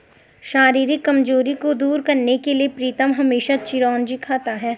शारीरिक कमजोरी को दूर करने के लिए प्रीतम हमेशा चिरौंजी खाता है